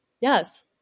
Yes